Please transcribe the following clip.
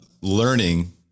learning